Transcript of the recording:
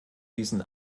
diesen